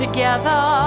Together